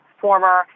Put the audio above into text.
former